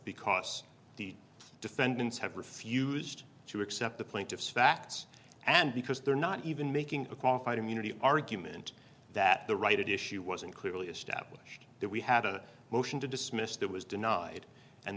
because the defendants have refused to accept the plaintiff's facts and because they're not even making a qualified immunity argument that the right issue wasn't clearly established that we had a motion to dismiss that was denied and